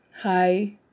hi